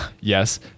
Yes